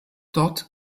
dort